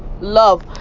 love